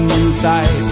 inside